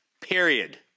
period